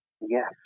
Yes